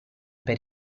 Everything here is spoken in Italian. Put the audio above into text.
per